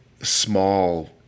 small